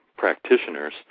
practitioners